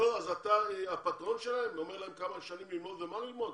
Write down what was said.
אתה הפטרון שלהם ואומר להם כמה שנים ללמוד ומה ללמוד?